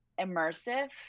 immersive